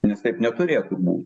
nes taip neturėtų bū